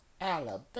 Alabama